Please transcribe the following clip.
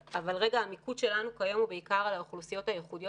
המיקוד שלנו כיום הוא בעיקר על האוכלוסיות הייחודיות